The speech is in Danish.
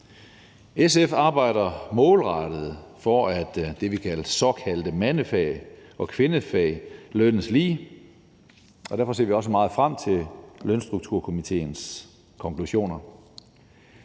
SF arbejder målrettet for, at de såkaldte mandefag og kvindefag lønnes lige, og derfor ser vi også meget frem til Lønstrukturkomitéens konklusioner.